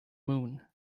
moon